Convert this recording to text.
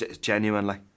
Genuinely